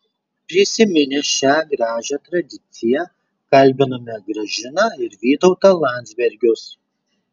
prisiminę šią gražią tradiciją kalbiname gražiną ir vytautą landsbergius